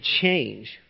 change